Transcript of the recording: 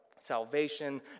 salvation